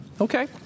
Okay